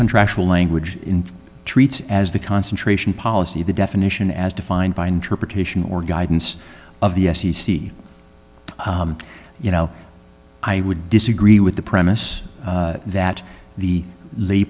contractual language in treats as the concentration policy of the definition as defined by interpretation or guidance of the f c c you know i would disagree with the premise that the